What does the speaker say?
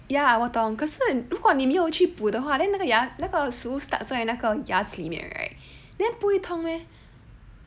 ya 我懂可是如果你没有去补的话 then 那个牙那个食物 stuck 在那个牙齿里面 right then 不会痛 meh